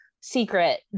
secret